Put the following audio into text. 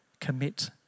commit